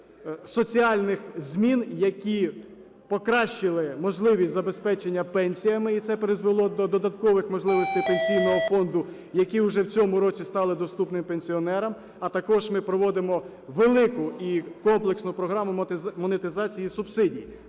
соціальних змін, які покращили можливість забезпечення пенсіями, і це призвело до додаткових можливостей Пенсійного фонду, які вже в цьому році стали доступні пенсіонерам, а також ми проводимо велику і комплексну програму монетизації субсидій.